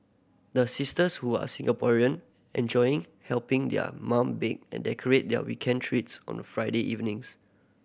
the sisters who are Singaporean enjoy helping their mum bake and decorate their weekend treats on Friday evenings